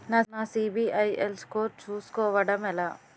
నా సిబిఐఎల్ స్కోర్ చుస్కోవడం ఎలా?